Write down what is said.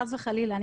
חס וחלילה,